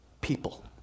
people